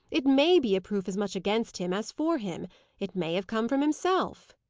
it may be a proof as much against him as for him it may have come from himself.